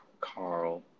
Carl